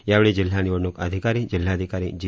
यावेळी जिल्हा निवडणुक अधिकारी जिल्हाधिकारी जी